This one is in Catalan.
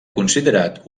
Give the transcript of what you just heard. considerat